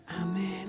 Amen